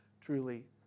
truly